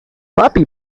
papi